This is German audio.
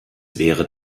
wäre